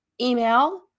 email